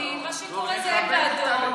כי מה שקורה זה שאין ועדות,